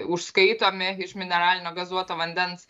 užskaitomi iš mineralinio gazuoto vandens